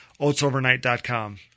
OatsOvernight.com